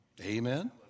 Amen